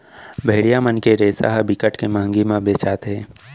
भेड़िया मन के रेसा ह बिकट के मंहगी म बेचाथे